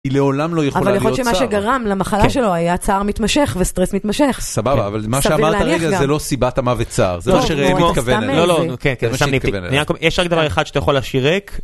היא לעולם לא יכולה להיות צער. אבל לפחות שמה שגרם למחלה שלו היה צער מתמשך וסטרס מתמשך. סבבה, אבל מה שאמרת הרגע זה לא סיבת המוות צער, זה מה שראם מתכוון אליו. לא, לא, אוקיי, כן, יש רק דבר אחד שאתה יכול להשאיר ריק.